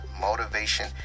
motivation